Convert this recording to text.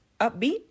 upbeat